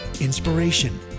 inspiration